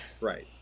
Right